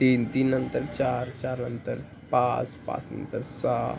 तीन तीननंतर चार चारनंतर पाच पाचनंतर सहा